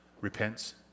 repents